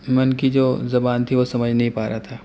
میں ان کی جو زبان تھی وہ سمجھ نہیں پا رہا تھا